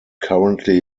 currently